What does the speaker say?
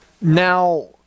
Now